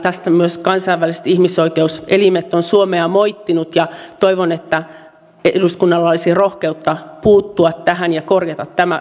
tästä ovat myös kansainväliset ihmisoikeuselimet suomea moittineet ja toivon että eduskunnalla olisi rohkeutta puuttua tähän ja korjata tämä epäkohta